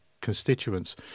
constituents